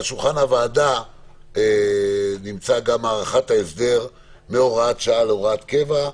על שולחן הוועדה נמצאת גם בקשה להארכת ההסדר מהוראת שעה להוראת קבע,